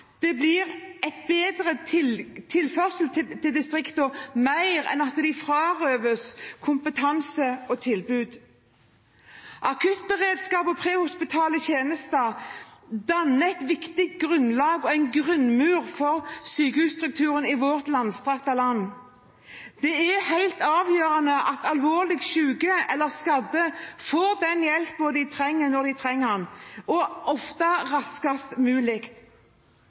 Dette blir et viktig arbeid, og det må oppleves å gi bedre tilførsel til distriktene, mer enn at de frarøves kompetanse og tilbud. Akuttberedskap og prehospitale tjenester danner et viktig grunnlag og en grunnmur for sykehusstrukturen i vårt langstrakte land. Det er helt avgjørende at alvorlig syke eller skadde får den hjelpen de trenger, når de trenger den – ofte raskest mulig.